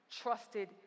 trusted